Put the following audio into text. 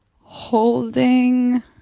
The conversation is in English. Holding